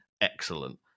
excellent